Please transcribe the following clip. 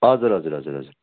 हजुर हजुर हजुर हजुर